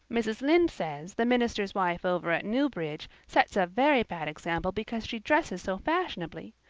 mrs. lynde says the minister's wife over at newbridge sets a very bad example because she dresses so fashionably.